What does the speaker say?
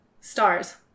stars